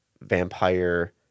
vampire